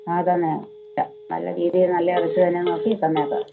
അതന്നെ നല്ല രീതിയിൽ നല്ല ഇറച്ചി തന്നെ നോക്കി തന്നേക്കാം